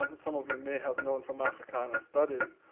um some of you may have known from africana studies,